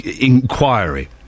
inquiry